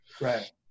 Right